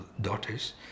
daughters